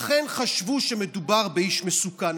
אכן חשבו שמדובר באיש מסוכן.